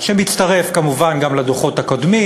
שמצטרף כמובן גם לדוחות הקודמים,